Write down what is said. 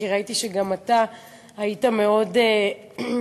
כי ראיתי שגם אתה היית מאוד נזעם.